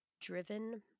driven